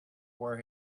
where